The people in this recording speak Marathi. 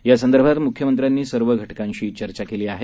यासंदर्भात मुख्यमंत्र्यांनी सर्व घटकांशी चर्चा केली आहे